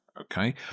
okay